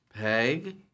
Peg